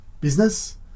business